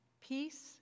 Peace